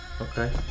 Okay